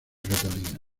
catalina